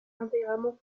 intégralement